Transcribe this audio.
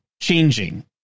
changing